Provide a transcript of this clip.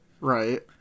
Right